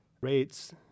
rates